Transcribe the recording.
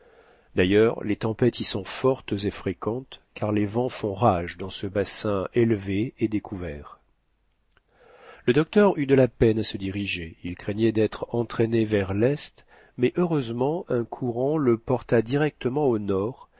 d'ailleurs les tempêtes y sont fortes et fréquentes car les vents font rage dans ce bassin élevé et découvert le docteur eut de la peine à se diriger il craignait d'être entraîné vers lest mais heureusement un courant le porta directement au nord